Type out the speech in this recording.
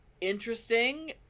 interesting